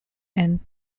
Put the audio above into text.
and